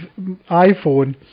iPhone